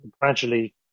gradually